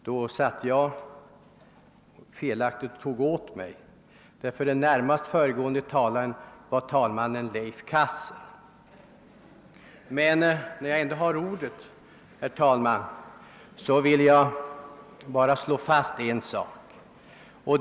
Jag tog tydligen felaktigt åt mig. Den närmast föregående talaren var nämligen herr vice talmannen Leif Cassel. När jag nu ändå har ordet, herr talman, vill jag slå fast en sak.